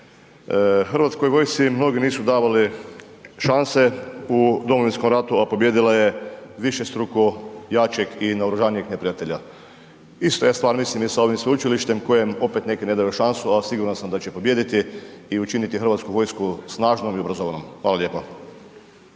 Hrvatskoj vojsci mnogi nisu davali šanse u Domovinskom ratu a pobijedila višestruko jačeg i naoružanijeg neprijatelja. Ista je stvar mislim i sa ovim sveučilištem kojem opet neki ne daju šansu a siguran sam da će pobijediti i učiniti hrvatsku vojsku snažnom i obrazovanom. Hvala lijepa.